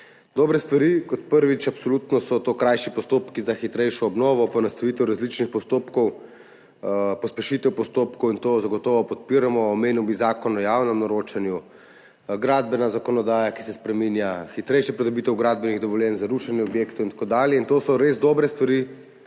Dobre stvari, kot prvič, absolutno so to krajši postopki za hitrejšo obnovo, poenostavitev različnih postopkov, pospešitev postopkov in to zagotovo podpiramo. Omenil bi Zakon o javnem naročanju, gradbena zakonodaja, ki se spreminja, hitrejša pridobitev gradbenih dovoljenj za rušenje objektov in tako dalje, in to so res dobre stvari